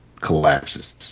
collapses